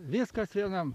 viskas vienam